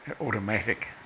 automatic